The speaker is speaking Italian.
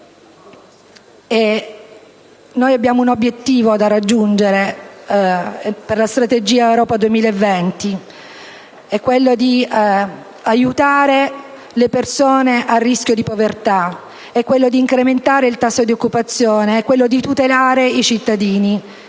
Noi abbiamo un obiettivo da raggiungere, per la Strategia Europa 2020: aiutare le persone a rischio di povertà, incrementare il tasso di occupazione, tutelare i cittadini